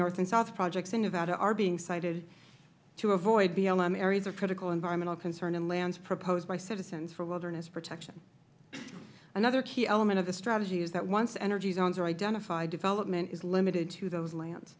north and south projects in nevada are being sited to avoid blm areas of critical environmental concern in lands proposed by citizens for wilderness protection another key element of the strategy is that once energy zones are identified development is limited to those lan